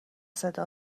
صدا